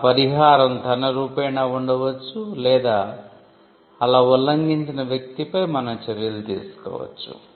ఆ పరిహారం ధన రూపేణా ఉండవచ్చు లేదా అలా ఉల్లంఘించిన వ్యక్తిపై మనం చర్యలు తీసుకోవచ్చు